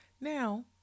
now